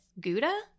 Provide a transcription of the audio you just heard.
gouda